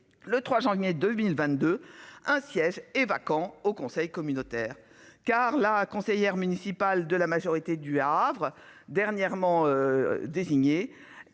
le 3 janvier 2022 un siège est vacant au conseil communautaire car la conseillère municipale de la majorité du Havre dernièrement. Désigné